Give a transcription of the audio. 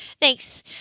Thanks